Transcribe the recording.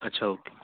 अच्छा ओके